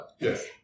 Yes